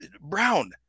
brown